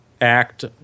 act